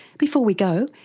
before we go,